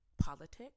politics